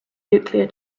nuclear